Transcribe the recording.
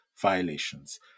violations